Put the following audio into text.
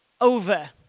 over